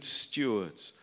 stewards